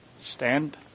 Stand